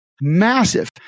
Massive